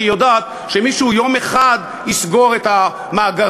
כי היא יודעת שמישהו יום אחד יסגור את המאגרים